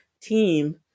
team